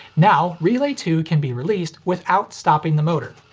now, relay two can be released without stopping the motor.